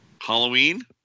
Halloween